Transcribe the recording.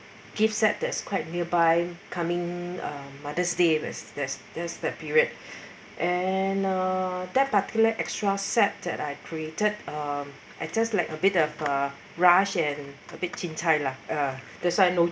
gift set that's quite nearby coming um mother's day there's there's that period and uh that particular extra set that I created um I just like a bit of a rush and a bit cincai lah that's why no